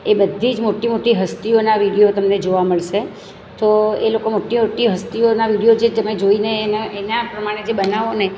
એ બધી જ મોટી મોટી હસ્તીઓના વિડીયો તમને જોવા મળશે તો એ લોકો મોટી મોટી હસ્તીઓના વિડીયો જે તમે જોઈને એના પ્રમાણે જે બનાવોને